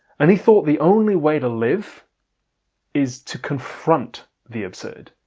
and he thought the only way to live is to confront the absurd.